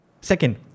Second